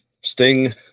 Sting